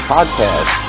Podcast